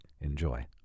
Enjoy